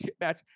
match